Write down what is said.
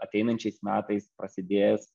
ateinančiais metais prasidės